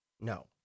No